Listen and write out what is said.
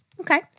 Okay